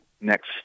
next